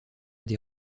des